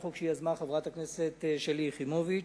חוק שיזמה חברת הכנסת שלי יחימוביץ,